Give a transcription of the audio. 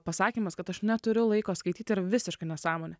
pasakymas kad aš neturiu laiko skaityti ir visiška nesąmonė